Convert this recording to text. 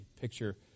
picture